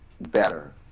better